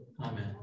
Amen